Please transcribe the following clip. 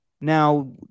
Now